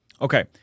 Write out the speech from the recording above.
Okay